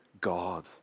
God